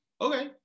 okay